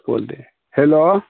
hello